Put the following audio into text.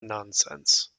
nonsense